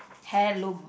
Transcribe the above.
heirloom